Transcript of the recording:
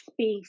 space